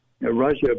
Russia